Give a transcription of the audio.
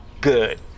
Good